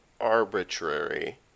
arbitrary